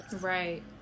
Right